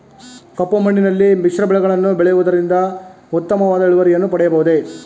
ಕಪ್ಪು ಮಣ್ಣಿನಲ್ಲಿ ಮಿಶ್ರ ಬೆಳೆಗಳನ್ನು ಬೆಳೆಯುವುದರಿಂದ ಉತ್ತಮವಾದ ಇಳುವರಿಯನ್ನು ಪಡೆಯಬಹುದೇ?